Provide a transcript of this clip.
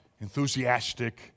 enthusiastic